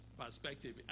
perspective